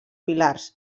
pilars